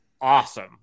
awesome